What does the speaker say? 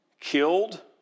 killed